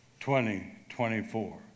2024